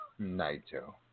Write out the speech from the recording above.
Naito